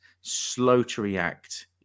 slow-to-react